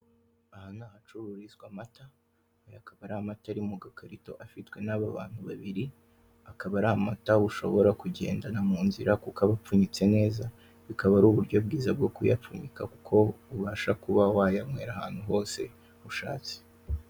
Aha ni ahacururizwa amata, aya akaba ari amata ari mu gakarito afitwe n'abantu babiri, akaba ari amata ushobora kugendana mu nzira kuko aba apfunyitse neza, bikaba ari iburyo bwo bwiza kuyapfunyika kuko ubasha kuba wayanywera ahantu hose ushatse.